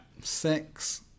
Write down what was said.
Six